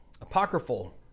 apocryphal